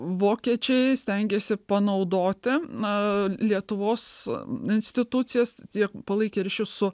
vokiečiai stengėsi panaudoti na lietuvos institucijas tiek palaikė ryšius su